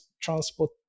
Transport